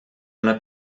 una